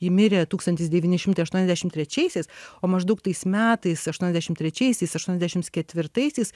ji mirė tūkstantis devyni šimtai aštuoniasdešim trečiaisiais o maždaug tais metais aštuoniasdešim trečiaisiais aštuoniasdešims ketvirtaisiais